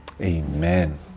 Amen